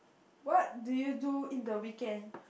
what do you do in the weekend